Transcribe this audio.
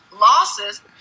losses